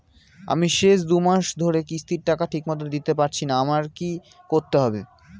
আমি শেষ দুমাস ধরে কিস্তির টাকা ঠিকমতো দিতে পারছিনা আমার কি করতে হবে?